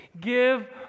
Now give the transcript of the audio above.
give